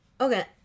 Okay